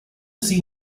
see